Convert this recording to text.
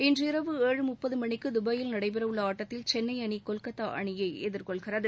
இன்று இரவு ஏழு முப்பது மணிக்கு துபாயில் நடைபெறவுள்ள ஆட்டத்தில் சென்னை அணி கொல்கத்தா அணியை எதிர்கொள்கிறது